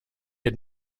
had